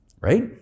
right